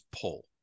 pull